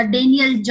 Daniel